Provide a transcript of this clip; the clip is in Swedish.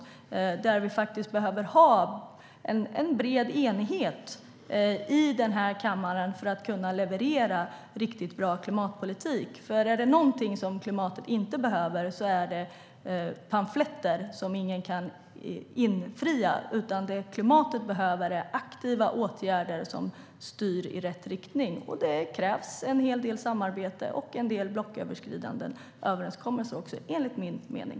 Vi behöver faktiskt ha en bred enighet i den här kammaren för att kunna leverera riktigt bra klimatpolitik. Är det något som klimatet inte behöver är det pamfletter som ingen kan infria. Det klimatet behöver är aktiva åtgärder som styr i rätt riktning. Det krävs en del samarbete och en del blocköverskridande överenskommelser också, enligt min mening.